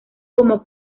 como